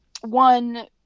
one